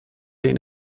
این